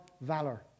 valor